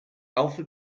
alpha